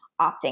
opting